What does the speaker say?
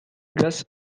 glace